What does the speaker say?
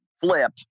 flip